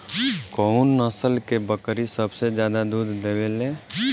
कउन नस्ल के बकरी सबसे ज्यादा दूध देवे लें?